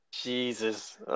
Jesus